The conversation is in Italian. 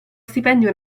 stipendio